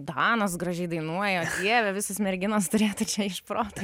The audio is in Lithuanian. danas gražiai dainuoja o dieve visos merginos turėtų čia iš proto